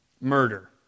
Murder